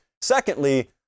Secondly